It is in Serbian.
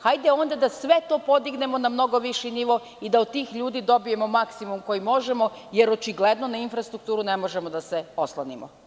Hajde onda da sve to podignemo na mnogo viši nivo i da od tih ljudi dobijemo maksimum koji možemo, jer očigledno na infrastrukturu ne možemo da se oslonimo.